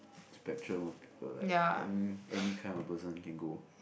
spectrum of people like any any kind of person you can go